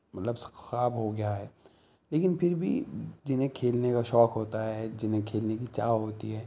مطلب خواب ہو گیا ہے لیکن پھر بھی جنہیں کھیلنے کا شوق ہوتا ہے جنہیں کھیلنے کی چاہ ہوتی ہے